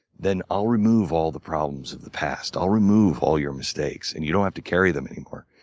then i'll remove all the problems of the past. i'll remove all your mistakes, and you don't have to carry them anymore.